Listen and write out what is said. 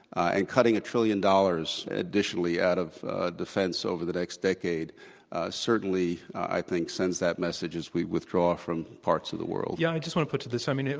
and cutting a trillion dollars additionally out of defense over the next decade certainly, i think, sends that message as we withdraw from parts of the world. yeah. i just want to put to this. i mean,